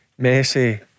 Messi